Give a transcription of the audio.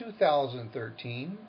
2013